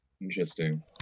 Interesting